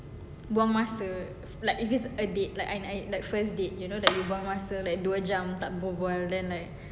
buang masa like if it's a date like like first date you know that you buang masa like dua jam tak berbual then like